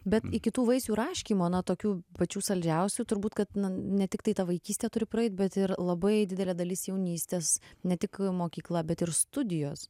bet iki tų vaisių raškymo na tokių pačių saldžiausių turbūt kad ne tiktai ta vaikystė turi praeit bet ir labai didelė dalis jaunystės ne tik mokykla bet ir studijos